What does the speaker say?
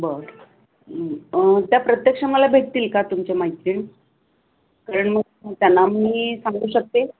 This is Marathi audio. बरं त्या प्रत्यक्ष मला भेटतील का तुमच्या मैत्रिण कारण मग त्यांना मी सांगू शकते